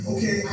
Okay